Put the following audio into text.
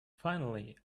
finally